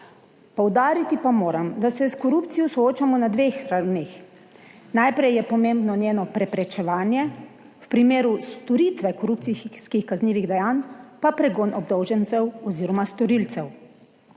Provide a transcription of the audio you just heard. poudariti pa moram, da se s korupcijo soočamo na dveh ravneh, najprej je pomembno njeno preprečevanje, v primeru storitve korupcijskih kaznivih dejanj pa pregon obdolžencev oziroma storilcev.